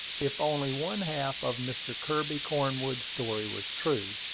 if only one-half of mr. kirby cornwood's story was true,